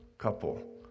couple